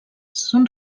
són